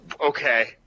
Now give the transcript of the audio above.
Okay